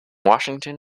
washington